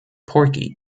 porky